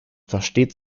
versteht